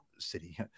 city